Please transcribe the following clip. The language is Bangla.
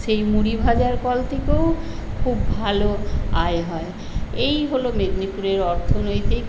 সেই মুড়ি ভাজার কল থেকেও খুব ভালো আয় হয় এই হল মেদিনীপুরের অর্থনৈতিক